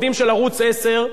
חברים וחברות,